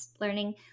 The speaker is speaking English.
learning